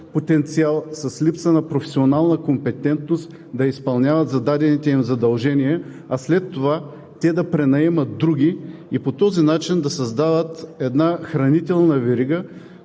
потенциал, липса на професионална компетентност да изпълняват зададените им задължения, а след това да пренаемат други и по този начин да създават една хранителна верига,